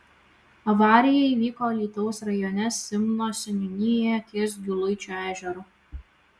avarija įvyko alytaus rajone simno seniūnijoje ties giluičio ežeru